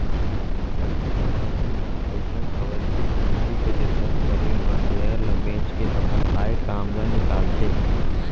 कतको कंपनी ह अइसन हवय कि पूंजी के जरूरत परे म सेयर ल बेंच के अपन आय काम ल निकालथे